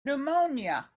pneumonia